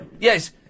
Yes